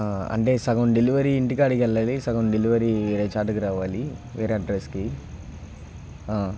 అంటే సగం డెలివరీ ఇంటికాడికెళ్ళాలి సగం డెలివరీ రిసార్ట్కి రావాలి వేరే అడ్రస్కి